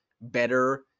better